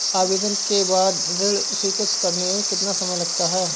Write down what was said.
आवेदन के बाद ऋण स्वीकृत करने में कितना समय लगता है?